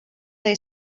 they